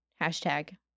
hashtag